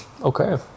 Okay